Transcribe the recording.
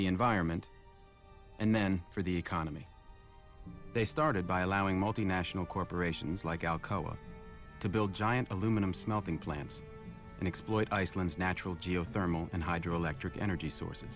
the environment and then for the economy they started by allowing multinational corporations like alcoa to build giant aluminum smelting plants and exploit iceland's natural geothermal and hydroelectric energy sources